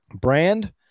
brand